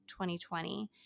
2020